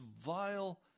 vile